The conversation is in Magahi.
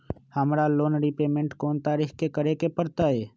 हमरा लोन रीपेमेंट कोन तारीख के करे के परतई?